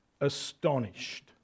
astonished